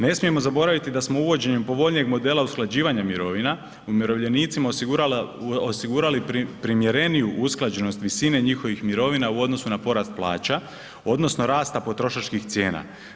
Ne smijemo zaboraviti da smo uvođenjem povoljnijeg modela usklađivanja mirovina umirovljenicima osigurali primjereniju usklađenost visine njihovih mirovina u odnosu na porast plaća odnosno rasta potrošačkih cijena.